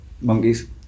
Monkeys